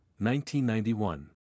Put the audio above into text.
1991